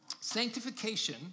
sanctification